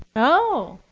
oh!